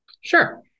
Sure